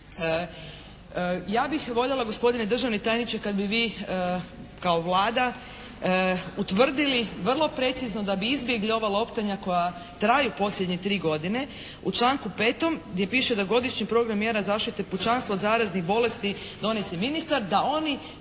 Ja bih voljela gospodine državni tajniče kad bi vi kao Vlada utvrdili vrlo precizno da bi izbjegli ova loptanja koja traju posljednje tri godine u članku 5. gdje piše da Godišnji program mjera zaštite pučanstva od zaraznih bolesti donosi ministar, da oni